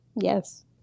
yes